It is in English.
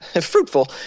fruitful